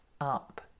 up